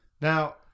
Now